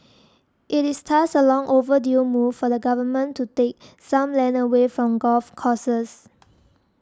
it is thus a long overdue move for the Government to take some land away from golf courses